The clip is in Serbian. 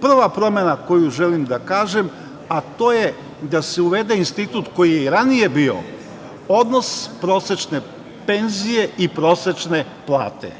Prva promena koju želim da kažem je da se uvede institut koji je i ranije bio - odnos prosečne penzije i prosečne plate.